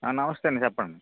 ఆ నమస్తే అండి చెప్పండి